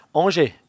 Angers